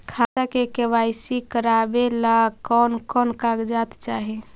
खाता के के.वाई.सी करावेला कौन कौन कागजात चाही?